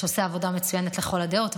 שעושה עבודה מצוינת לכל הדעות.